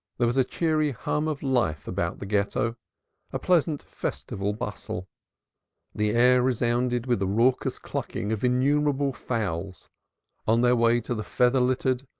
there was a cheery hum of life about the ghetto a pleasant festival bustle the air resounded with the raucous clucking of innumerable fowls on their way to the feather-littered,